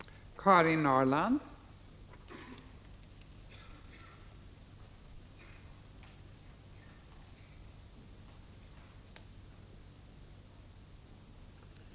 15 maj 1986